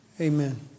amen